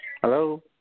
Hello